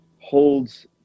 holds